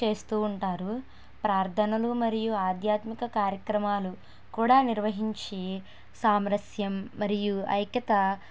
చేస్తు ఉంటారు ప్రార్థనలు మరియు ఆధ్యాత్మిక కార్యక్రమాలు కూడా నిర్వహించి సామరస్యం మరియు ఐక్యత